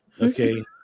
Okay